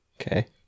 Okay